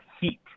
heat